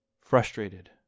frustrated